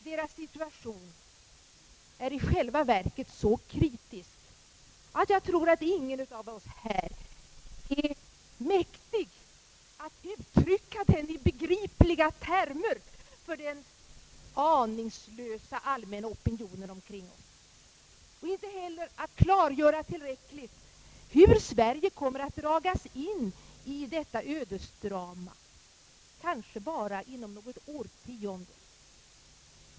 Deras situation är i själva verket så kritisk att jag tror ait ingen av oss här är mäktig att uttrycka den i begripliga termer för den aningslösa allmänna opinionen omkring 0ss och inte heller att tillräckligt klargöra hur Sverige kommer att dragas in i detta ödesdrama — kanske bara inom nägot årtionde.